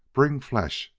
bring flesh!